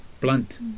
blunt